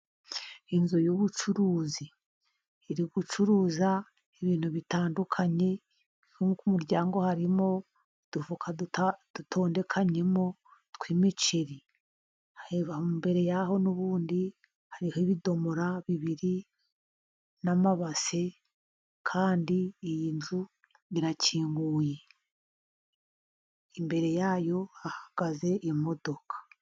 Inzu y'ubucuruzi. Iri gucuruza ibintu bitandukanye, nk'uyu muryango harimo udufuka dutondekanyemo, tw'imiceri. Imbere yaho n'ubundi, hariho ibidomora bibiri, n'amabase, kandi iyi nzu irakinguye. Imbere yayo hahagaze imodoka.